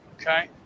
okay